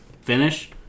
finish